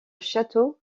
château